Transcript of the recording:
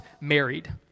married